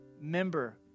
member